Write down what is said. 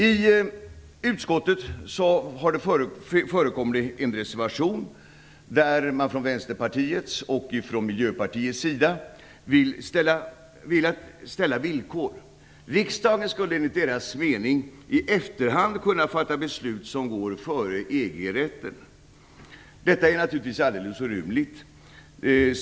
I utskottsbetänkandet finns det en reservation där Vänsterpartiet och Miljöpartiet vill ställa villkor. Riksdagen skall enligt deras mening i efterhand kunna fatta beslut som går före EG-rätten. Detta är naturligtvis alldeles orimligt.